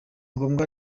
ngombwa